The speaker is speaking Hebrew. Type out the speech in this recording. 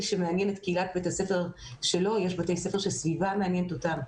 שמעניין את קהילת בית הספר שלו - יש בתי ספר שסביבה מעניינת אותם,